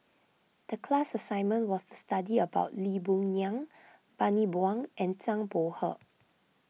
the class assignment was to study about Lee Boon Ngan Bani Buang and Zhang Bohe